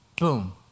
Boom